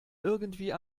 irgendwie